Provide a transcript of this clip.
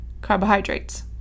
carbohydrates